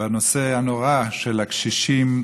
בנושא הנורא של הקשישים,